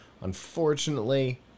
Unfortunately